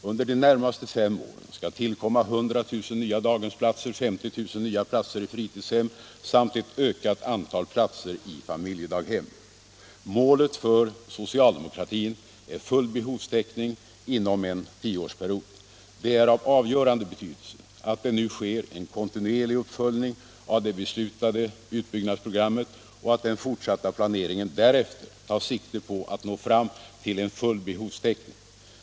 Under de närmaste fem åren skall tillkomma 100 000 nya daghemsplatser, 50 000 nya platser i fritidshem samt ett ökat antal platser i familjedaghem. Målet för socialdemokratin är full behovstäckning inom en tioårsperiod. Det är av avgörande betydelse att det nu sker en kontinuerlig uppföljning av det beslutade utbyggnadsprogrammet och att den fortsatta planeringen därefter tar sikte på att nå fram till full behovstäckning.